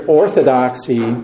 orthodoxy